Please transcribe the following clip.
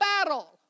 battle